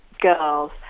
Girls